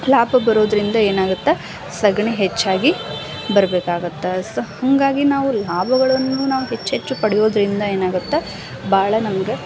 ಲಾಭ ಬರೋದರಿಂದ ಏನಾಗುತ್ತೆ ಸಗಣಿ ಹೆಚ್ಚಾಗಿ ಬರ್ಬೇಕಾಗುತ್ತೆ ಸೊ ಹಾಗಾಗಿ ನಾವು ಲಾಭಗಳನ್ನು ನಾವು ಹೆಚ್ಚೆಚ್ಚು ಪಡೆಯೋದರಿಂದ ಏನಾಗುತ್ತೆ ಭಾಳ ನಮ್ಗೆ